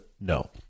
no